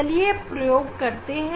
चलिए प्रयोग करते हैं